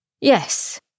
Yes